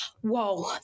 whoa